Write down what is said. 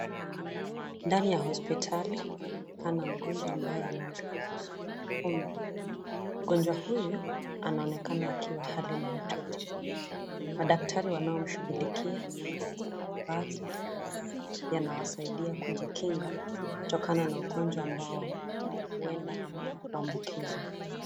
Ndani ya hospitali kunaonekana mgonjwa ambaye anaonekana kusonga kwa umri. Mgonjwa huyu anaonekana akiwa hali mahututi. Madaktari wanao mshughulikia wamevalia mavazi ambayo yanawasaidia kujikinga kutokana na ugonjwa ambao huenda ni wa kuabukizwa.